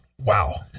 Wow